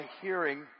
hearing